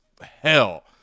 hell